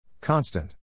Constant